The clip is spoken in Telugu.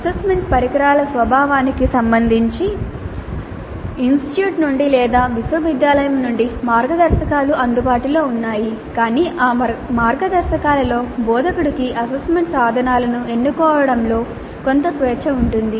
అసెస్మెంట్ పరికరాల స్వభావానికి సంబంధించి ఇన్స్టిట్యూట్ నుండి లేదా విశ్వవిద్యాలయం నుండి మార్గదర్శకాలు అందుబాటులో ఉన్నాయి కానీ ఆ మార్గదర్శకాలలో బోధకుడికి అసెస్మెంట్ సాధనాలను ఎన్నుకోవడంలో కొంత స్వేచ్ఛ ఉంటుంది